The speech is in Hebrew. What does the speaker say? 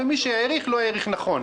כאשר מי שהעריך לא העריך נכון.